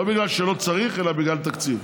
לא בגלל שלא צריך אלא בגלל תקציב.